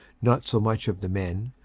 not so much of the men,